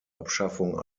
abschaffung